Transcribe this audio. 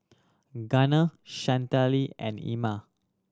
Gunner Chantelle and Ima